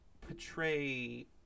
portray